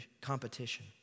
competition